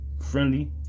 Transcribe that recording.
friendly